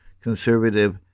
conservative